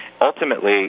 Ultimately